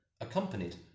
Accompanied